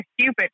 stupid